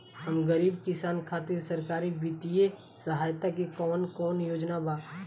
हम गरीब किसान खातिर सरकारी बितिय सहायता के कवन कवन योजना बा?